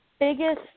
Biggest